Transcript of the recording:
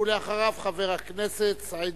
ואחריו, חבר הכנסת סעיד